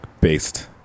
based